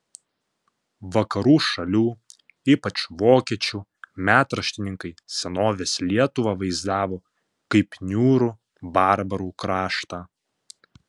vakarų šalių ypač vokiečių metraštininkai senovės lietuvą vaizdavo kaip niūrų barbarų kraštą